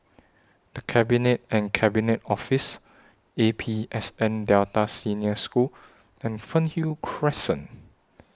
The Cabinet and Cabinet Office A P S N Delta Senior School and Fernhill Crescent